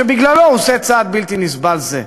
שבגללו הוא עושה צעד בלתי נסבל זה.